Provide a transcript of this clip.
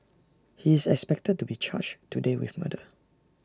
he is expected to be charged today with murder